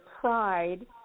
pride